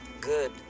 good